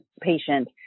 patient